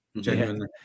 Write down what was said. genuinely